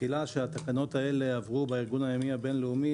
כשהתקנות הללו עברו בתחילה בארגון הימי הבינלאומי